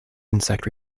insect